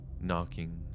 knocking